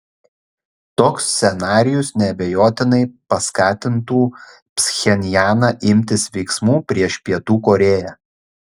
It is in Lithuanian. toks scenarijus neabejotinai paskatintų pchenjaną imtis veiksmų prieš pietų korėją